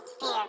fear